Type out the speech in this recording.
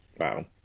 Wow